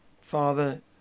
father